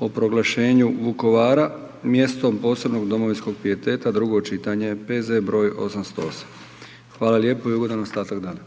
o proglašenju Vukovara mjestom posebnog domovinskog pijeteta, drugo čitanje, P.Z. br. 808. Hvala lijepo i ugodan ostatak dana.